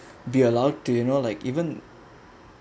be allowed to you know like even